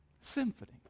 Symphony